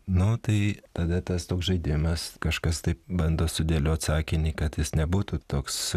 nu tai tada tas toks žaidimas kažkas taip bando sudėliot sakinį kad jis nebūtų toks